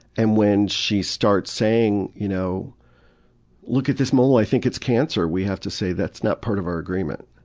and when she starts saying, you know look at this mole, i think it's cancer! we have to say, that's not part of our agreement.